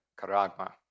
karagma